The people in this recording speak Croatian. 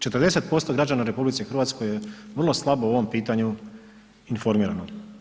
40% građana u RH je vrlo slabo u ovom pitanju informirano.